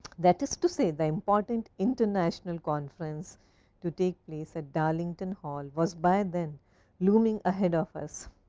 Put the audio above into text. that is to say the important international conference to take place at darlington hall was by then looming ahead of us,